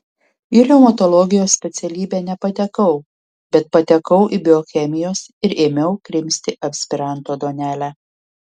į reumatologijos specialybę nepatekau bet patekau į biochemijos ir ėmiau krimsti aspiranto duonelę